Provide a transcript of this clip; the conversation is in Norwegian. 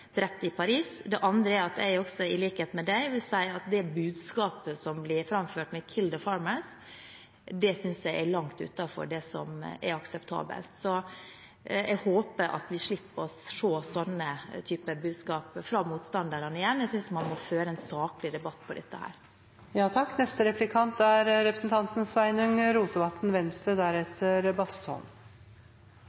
drept i Paris. Det andre er at jeg også, i likhet med han, vil si at det budskapet som blir framført med «kill the farmers», synes jeg er langt utenfor det som er akseptabelt. Så jeg håper at vi slipper å se en sånn type budskap fra pelsdyrmotstanderne igjen. Jeg synes vi bør ha en saklig debatt om dette.